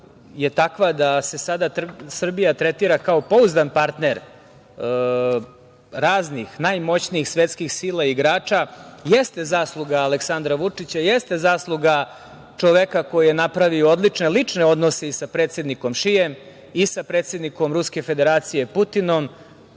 je takva da se sada Srbija tretira kao pouzdan partner raznih, najmoćnijih svetskih sila igrača jeste zasluga Aleksandra Vučića, jeste zasluga čoveka koji je napravio odlične lične odnose i sa predsednikom Šijem i sa predsednikom Ruske Federacije Putinom,